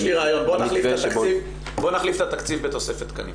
יש לי רעיון, בוא נחליף את התקציב בתוספת תקנים.